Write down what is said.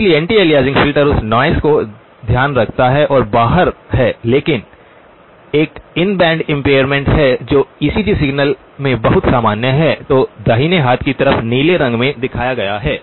इसलिए anti aliasing filter उस noise का ध्यान रखता है जो बाहर है लेकिन एक इन बैंड इम्पेरमेंट्स है जो ईसीजी सिग्नल्स में बहुत सामान्य है जो दाहिने हाथ की तरफ नीले रंग में दिखाया गया है